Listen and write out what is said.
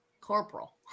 Corporal